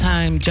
Time